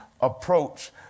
approach